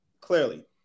clearly